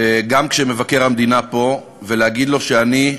גם כשמבקר המדינה פה, ולהגיד לו שאני,